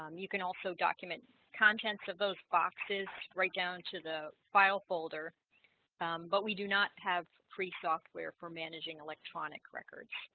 um you can also document contents of those boxes right down to the file folder but we do not have free software for managing electronic records